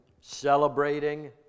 celebrating